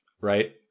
right